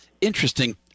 interesting